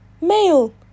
Male